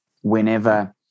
whenever